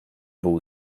był